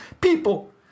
People